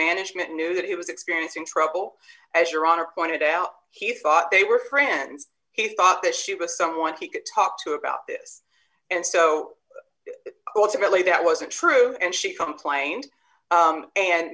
management knew that he was experiencing trouble as your honor pointed out he thought they were friends he thought that she was someone he could talk to about this and so what's really that wasn't true and she complained